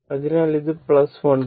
അതിനാൽ ഇത് 1